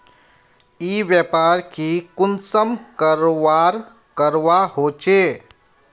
ई व्यापार की कुंसम करवार करवा होचे?